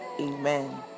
Amen